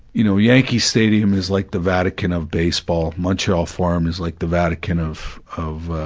you know, yankee stadium is like the vatican of baseball. montreal forum is like the vatican of, of